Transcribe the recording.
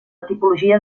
tipologia